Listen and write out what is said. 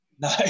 No